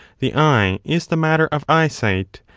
the eye is the matter of eyesight,